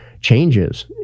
changes